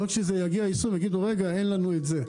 לא שכשיגיע היישום יגידו, אין לנו את זה.